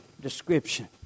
description